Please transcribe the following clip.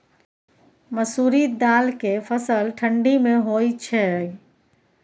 मसुरि दाल के फसल ठंडी मे होय छै?